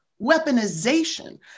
weaponization